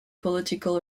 political